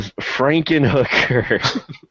Frankenhooker